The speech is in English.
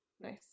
nice